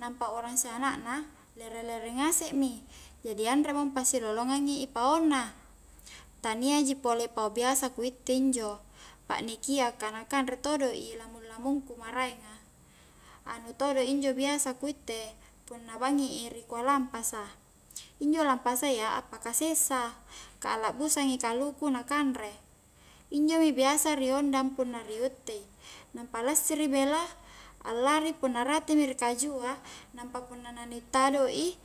nampa urang sianak na lere-lere ngasek mi jari anre mo ampasilolongang i paonna tania ji pole pao biasa ku itte injo pa'nikia ka na kanretodo' i lamung-lamungku maraenga anu todo injo biasa ku itte punna bangngi i rikua lampasa injo lampasa iya appaka sessa ka lakbusang i kaluku na kanre injomo biasa ri ondang punna ri uttei nampa lassiri bela allari punna rate mi ri kajua nampa punna na ni tado' i